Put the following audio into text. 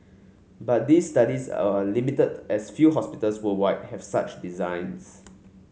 but these studies are limited as few hospitals worldwide have such designs